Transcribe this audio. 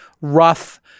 rough